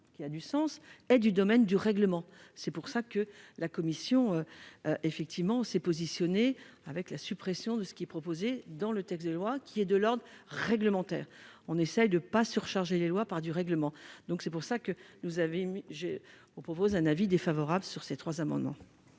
qui a du sens, est du domaine du règlement, c'est pour ça que la commission effectivement s'est positionné avec la suppression de ce qui est proposé dans le texte de loi qui est de l'ordre réglementaire, on essaye de pas surcharger les lois par du règlement, donc c'est pour ça que nous avez j'ai on propose un avis défavorable sur ces trois amendements.